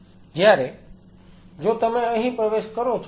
જ્યારે જો તમે અહીં પ્રવેશ કરો છો